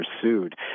pursued